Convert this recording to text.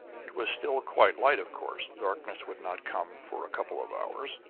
it was still quite light, of course darkness would not come for a couple of hours.